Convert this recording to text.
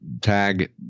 Tag